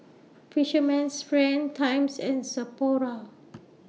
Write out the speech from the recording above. Fisherman's Friend Times and Sapporo